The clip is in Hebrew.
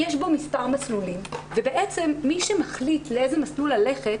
יש בו מספר מסלולים ובעצם מי שמחליט לאיזה מסלול ללכת,